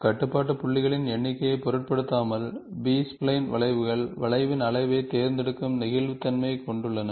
கட்டுப்பாட்டு புள்ளிகளின் எண்ணிக்கையைப் பொருட்படுத்தாமல் பி ஸ்பைலைன் வளைவுகள் வளைவின் அளவைத் தேர்ந்தெடுக்கும் நெகிழ்வுத்தன்மையைக் கொண்டுள்ளன